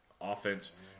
offense